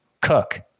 cook